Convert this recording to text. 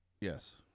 Yes